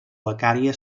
becària